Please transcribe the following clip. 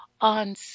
on